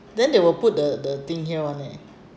then they will put the the thing here one eh